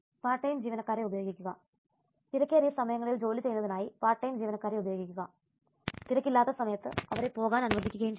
part time ജീവനക്കാരെ ഉപയോഗിക്കുക തിരക്കേറിയ സമയങ്ങളിൽ ജോലി ചെയ്യുന്നതിനായി പാർട്ട് ടൈം ജീവനക്കാരെ ഉപയോഗിക്കുക തിരക്കില്ലാത്ത സമയത്ത് അവരെ പോകാൻ അനുവദിക്കുകയും ചെയ്യുക